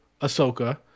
Ahsoka